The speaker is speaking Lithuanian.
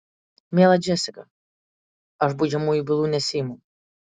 miela džesika aš baudžiamųjų bylų nesiimu